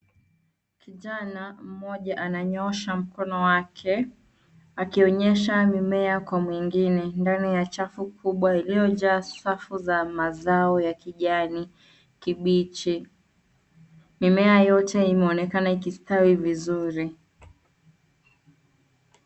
Kijana mmoja ananyoosha mkono wake akionyesha mimea kwa mwingine ndani ya chafu kubwa iliyojaa safu za mazao ya kijani kibichi. Mimea yote inaonekana ikistawi vizuri.